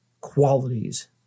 qualities